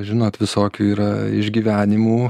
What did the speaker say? žinot visokių yra išgyvenimų